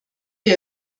wir